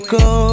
go